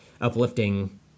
uplifting